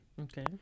Okay